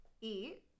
eat